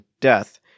death